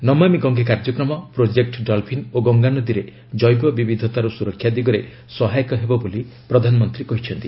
ନମାମି ଗଙ୍ଗେ କାର୍ଯ୍ୟକ୍ରମ project dolphin ଓ ଗଙ୍ଗା ନଦୀରେ ଜେବ ବିବିଧତାର ସୁରକ୍ଷା ଦିଗରେ ସହାୟକ ହେବ ବୋଲି ପ୍ରଧାନମନ୍ତ୍ରୀ କହିଛନ୍ତି